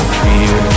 fear